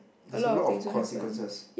there's a lot of consequences